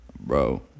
Bro